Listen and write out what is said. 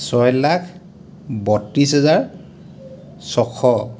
ছয় লাখ বত্ৰিছ হাজাৰ ছশ